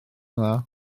dda